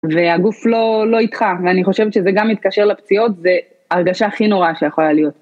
והגוף לא איתך, ואני חושבת שזה גם מתקשר לפציעות, זה הרגשה הכי נוראה שיכולה להיות.